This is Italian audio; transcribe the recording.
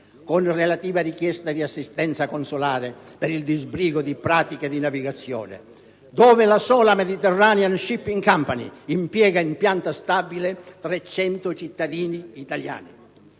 con relativa richiesta di assistenza consolare per il disbrigo di pratiche di navigazione; dove la sola *Mediterranean Shipping Company* impiega in pianta stabile 300 cittadini italiani.